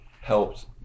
helped